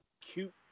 cute